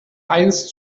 eins